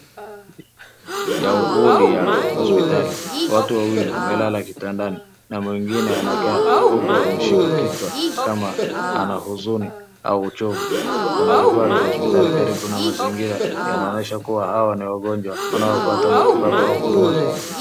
Ya wodi ya hospitali. Watu wawili wamelala kitandani na mwingine anakaa huku ameshika kichwa kama ana huzuni au uchovu. Kuna vifaa vya hospitali karibu na mazingira yanaonyesha kuwa hawa ni wagonjwa wanaopata matibabu au huduma za afya.